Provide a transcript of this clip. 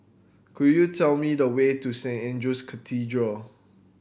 could you tell me the way to Saint Andrew's Cathedral